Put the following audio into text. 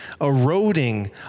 eroding